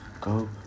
Go